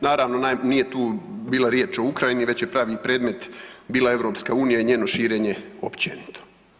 Naravno, nije tu bila riječ o Ukrajini već je pravi predmet bila EU i njeno širenje općenito.